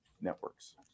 networks